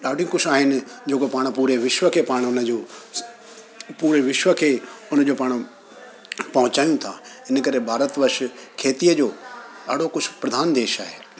ॾाढी कुझु आहिनि जेको पाण पूरे विश्व खे पाण हुनजो पूरे विश्व खे हुनजो पाणो पहुचायूं था इन करे भारत वर्ष खेतीअ जो ॾाढो कुझु प्रधान देश आहे